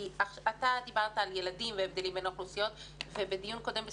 אתה דיברת על ילדים והבדלים בין האוכלוסיות ובדיון קודם על